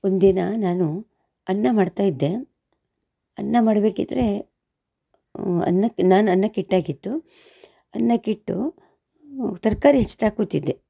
ಒಂದು ದಿನ ನಾನು ಅನ್ನ ಮಾಡ್ತಾ ಇದ್ದೆ ಅನ್ನ ಮಾಡಬೇಕಿದ್ರೆ ಅನ್ನಕ್ಕೆ ನಾನು ಅನ್ನಕ್ಕಿಟ್ಟಾಗಿತ್ತು ಅನ್ನಕ್ಕಿಟ್ಟು ತರಕಾರಿ ಹೆಚ್ತಾ ಕೂತಿದ್ದೆ